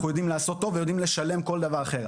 יודעים לעשות טוב ויודעים לשלם כול דבר אחר.